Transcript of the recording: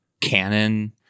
canon